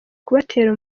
kubatera